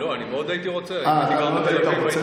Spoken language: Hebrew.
לא, אני מאוד הייתי רוצה, אה, אתה מאוד היית רוצה.